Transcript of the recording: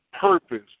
purpose